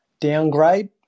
downgrade